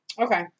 Okay